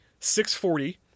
640